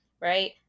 right